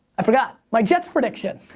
i forgot. my jets prediction.